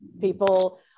People